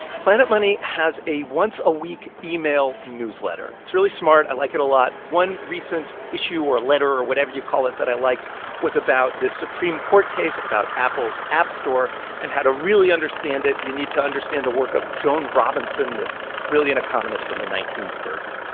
planet money has a once-a-week email newsletter. it's really smart. i like it a lot. one recent issue or letter or whatever you call it that i liked was about the supreme court case about apple's app store and how, to really understand it, you need to understand the work of joan robinson, this brilliant economist from the nineteen thirty s.